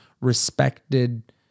respected